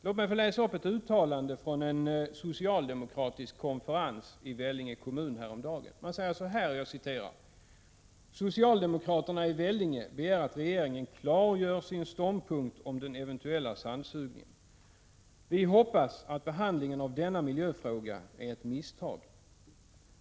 Låt mig få läsa upp ett uttalande från en socialdemokratisk konferens i Vellinge kommun häromdagen: ”Socialdemokraterna i Vellinge begär att regeringen klargör sin ståndpunkt om den eventuella sandsugningen. --- Vi hoppas att behandlingen av denna miljöfråga är ett misstag.